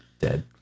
dead